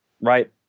Right